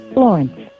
Florence